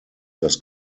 dass